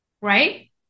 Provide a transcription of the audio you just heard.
right